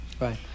Right